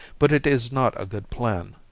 but it is not a good plan,